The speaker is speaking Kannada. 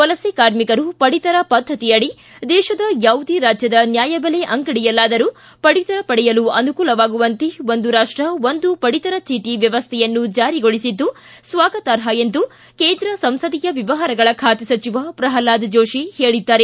ವಲಸೆ ಕಾರ್ಮಿಕರು ಪಡಿತರಪದ್ಧತಿಯಡಿ ದೇಶದ ಯಾವುದೇ ರಾಜ್ಯದ ನ್ನಾಯಬೆಲೆ ಅಂಗಡಿಯಲ್ಲಾದರೂ ಪಡಿತರ ಪಡೆಯಲು ಅನುಕೂಲವಾಗುವಂತೆ ಒಂದು ರಾಪ್ಷ ಒಂದು ಪಡಿತರ ಚೀಟ ವ್ವವಸ್ಥೆಯನ್ನು ಜಾರಿಗೊಳಿಸಿದ್ದು ಸ್ವಾಗತಾರ್ಹ ಎಂದು ಕೇಂದ್ರ ಸಂಸದೀಯ ವ್ವವಹಾರಗಳ ಖಾತೆ ಸಚಿವ ಪ್ರಹ್ಲಾದ್ ಜೋಶಿ ಹೇಳಿದ್ದಾರೆ